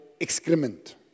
excrement